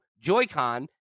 Joy-Con